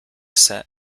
set